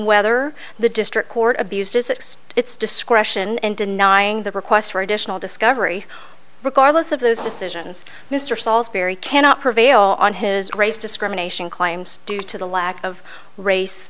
whether the district court abused as its discretion in denying the request for additional discovery regardless of those decisions mr saulsbury cannot prevail on his race discrimination claims due to the lack of race